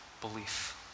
belief